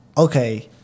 Okay